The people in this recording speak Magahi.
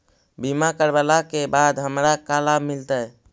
बीमा करवला के बाद हमरा का लाभ मिलतै?